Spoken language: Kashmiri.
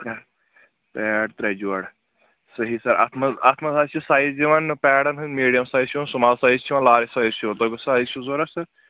پیڑ ترٛےٚ جورِ صحیح سَر اَتھ منٛز اَتھ منٛز حظ چھِ سایز یِوَان پیڑَن ہٕنٛدۍ میٖڈیَم سایِز چھِ یِوَان سُمال سایز چھِ یِوَان لَارٕج سایز چھُ یِوَان تُہۍ کُس سایز چھُو ضوٚرَتھ سَر